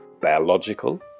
Biological